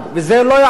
וזה לא יעבור.